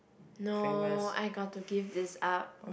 no I got to give this up